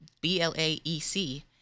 B-L-A-E-C